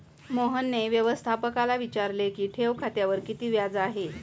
मोहनने व्यवस्थापकाला विचारले की ठेव खात्यावर किती व्याज आहे?